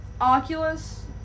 Oculus